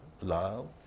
love